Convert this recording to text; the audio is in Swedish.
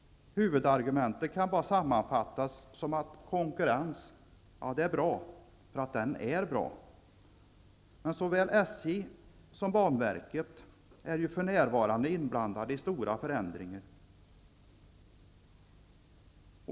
Huvudargumentet kan sammanfattas så: Konkurrens är bra för att den är bra! Såväl SJ som banverket är för närvarande inblandade i stora förändringar.